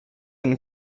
and